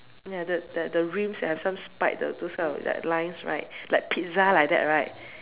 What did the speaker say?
ya that that the rims have some spikes the those kind of like lines right like Pizza like that right